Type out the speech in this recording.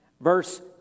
Verse